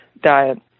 diet